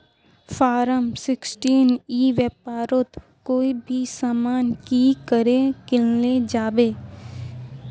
Form sixteen ई व्यापारोत कोई भी सामान की करे किनले जाबे?